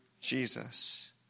Jesus